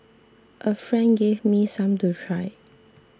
a friend gave me some to try